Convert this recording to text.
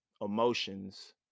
emotions